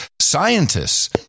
Scientists